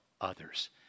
others